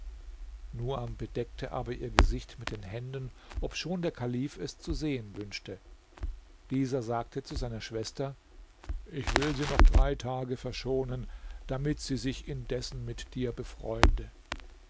nuam bedeckte aber ihr gesicht mit den händen obschon der kalif es zu sehen wünschte dieser sagte zu seiner schwester ich will sie noch drei tage verschonen damit sie sich indessen mit dir befreunde